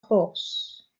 horse